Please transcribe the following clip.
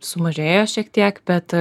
sumažėjo šiek tiek bet